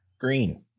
Green